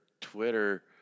Twitter